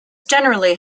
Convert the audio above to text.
generally